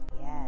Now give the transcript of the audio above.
Yes